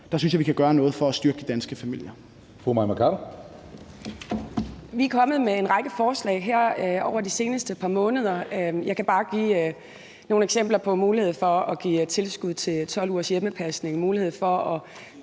– synes jeg, vi kan gøre noget for at styrke de danske familier.